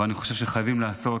ואני חושב שחייבים לעשות,